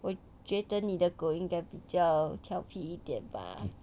我觉得你的狗应该比较调皮一点吧